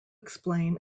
explain